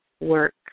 work